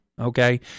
Okay